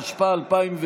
התשפ"א 2020,